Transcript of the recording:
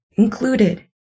Included